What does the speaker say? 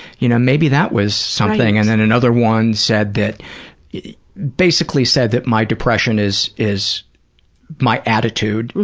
you know maybe that was something? and then another one said that basically said that my depression is is my attitude,